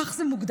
כך זה מוגדר,